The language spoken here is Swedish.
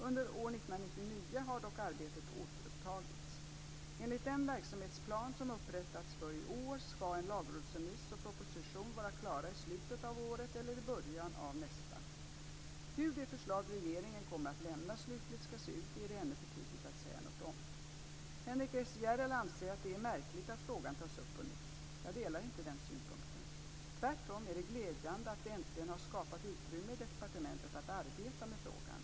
Under år 1999 har dock arbetet återupptagits. Enligt den verksamhetsplan som upprättats för i år ska en lagrådsremiss och proposition vara klar i slutet av året eller i början av nästa år. Hur det förslag regeringen kommer att lämna slutligt ska se ut är det ännu för tidigt att säga något om. Henrik S Järrel anser att det är märkligt att frågan tas upp på nytt. Jag delar inte den synpunkten. Tvärtom är det glädjande att vi äntligen har skapat utrymme i departementet för att arbeta med frågan.